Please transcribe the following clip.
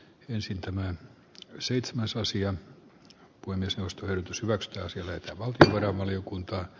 ensin tämän seitsemäs asian kuin myös nostoyritys vax ja sille että valtion valiokuntaan